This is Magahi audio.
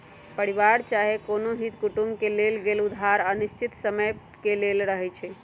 परिवार चाहे कोनो हित कुटुम से लेल गेल उधार अनिश्चित समय के लेल रहै छइ